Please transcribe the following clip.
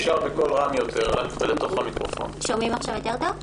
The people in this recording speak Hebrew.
לפני שנתחיל בנתונים, רקע קצר מאוד.